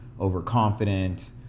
overconfident